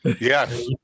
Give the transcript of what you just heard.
Yes